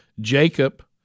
Jacob